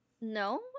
No